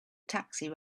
taxi